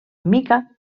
mica